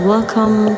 Welcome